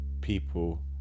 people